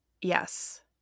yes